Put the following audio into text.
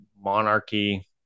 monarchy